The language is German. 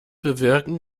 bewirken